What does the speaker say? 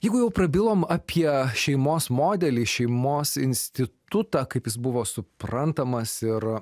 jeigu jau prabilom apie šeimos modelį šeimos institutą kaip jis buvo suprantamas ir